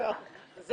זה